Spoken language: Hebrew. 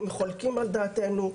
אם חולקים על דעתנו,